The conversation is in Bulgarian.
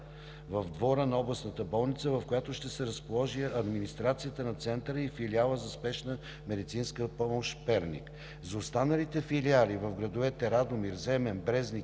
в двора на областната болница, в която ще се разположи администрацията на Центъра и филиалът за спешна медицинска помощ – Перник. За останалите филиали в градовете Радомир, Земен, Брезник